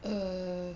eh